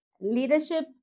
Leadership